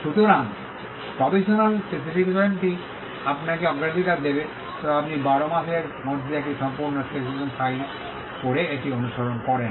সুতরাং প্রভিশনাল স্পেসিফিকেশনটি আপনাকে অগ্রাধিকার দেবে তবে আপনি 12 মাসের মধ্যে একটি সম্পূর্ণ স্পেসিফিকেশন ফাইল করে এটি অনুসরণ করেন